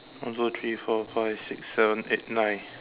one two three four five six seven eight nine